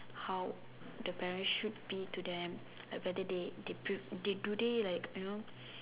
how the parents should be to them everyday like better day they pre~ like today like you know